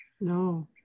No